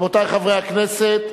רבותי חברי הכנסת,